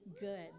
good